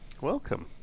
Welcome